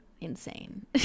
insane